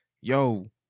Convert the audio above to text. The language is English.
yo